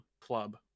club